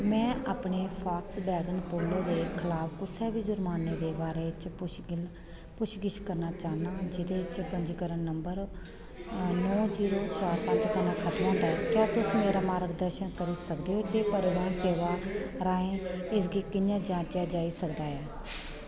में अपने Volkswagen Polo दे खलाफ कुसै बी जरमान्ने दे बारे च पुच्छगिल पुच्छगिछ करना चाह्न्नां जेह्दे च पंजीकरण नंबर नौ जीरो चार पंज कन्नै खत्म होंदा ऐ क्या तुस मेरा मार्गदर्शन करी सकदे ओ जे परिवहन सेवा राहें इसगी कि'यां जांचेआ जाई सकदा ऐ